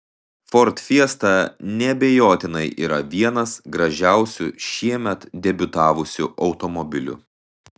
ford fiesta neabejotinai yra vienas gražiausių šiemet debiutavusių automobilių